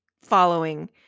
following